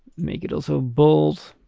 make it also bold.